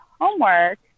homework